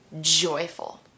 joyful